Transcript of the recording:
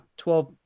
12